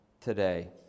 today